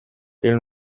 ils